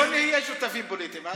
לא נהיה שותפים פוליטיים.